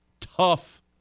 tough